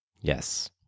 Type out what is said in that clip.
Yes